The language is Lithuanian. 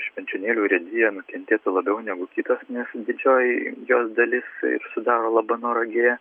švenčionėlių urėdija nukentėtų labiau negu kitos nes didžioji jos dalis sudaro labanoro giria